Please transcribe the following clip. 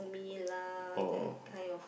Mee lah that kind of